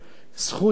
וברוך הבא,